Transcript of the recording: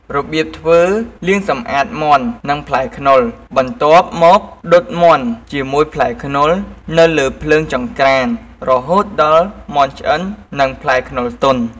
របៀបធ្វើលាងសម្អាតមាន់ និងផ្លែខ្នុរ បន្ទាប់មកដុតមាន់ជាមួយផ្លែខ្នុរនៅលើភ្លើងចង្ក្រាន រហូតដល់មាន់ឆ្អិន និង ផ្លែខ្នុរទន់។